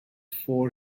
four